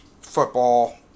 football